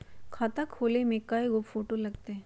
खाता खोले में कइगो फ़ोटो लगतै?